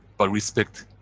but respect.